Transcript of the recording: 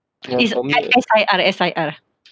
it's S_I_R S_I_R